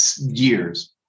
years